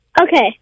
Okay